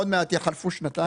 עוד מעט יחלפו שנתיים.